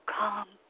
come